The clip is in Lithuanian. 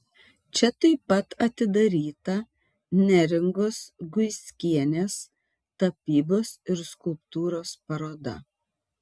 čia taip pat atidaryta neringos guiskienės tapybos ir skulptūros paroda